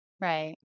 Right